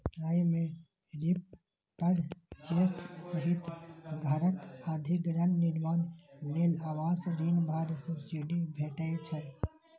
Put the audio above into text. अय मे रीपरचेज सहित घरक अधिग्रहण, निर्माण लेल आवास ऋण पर सब्सिडी भेटै छै